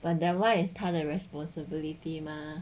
but that one is 他的 responsibility 吗